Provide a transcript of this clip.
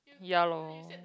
ya loh